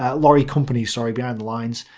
ah lorry companies, sorry, behind the lines.